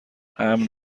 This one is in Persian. امن